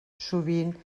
sovint